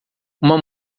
uma